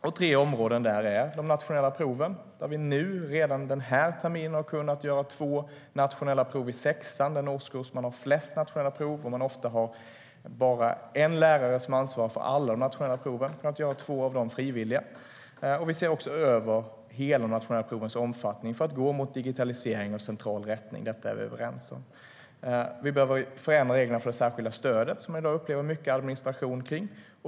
Ett sådant område är de nationella proven, där vi redan den här terminen har kunnat göra två nationella prov i sexan frivilliga. Det är den årskurs som har flest nationella prov, och ofta är det bara en lärare som har ansvar för alla de nationella proven. Vi ser också över de nationella provens hela omfattning för att gå mot digitalisering och central rättning. Detta är vi överens om. Vi behöver förändra reglerna för det särskilda stödet, som man i dag upplever mycket administration kring.